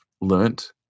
learnt